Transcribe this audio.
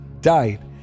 died